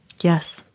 Yes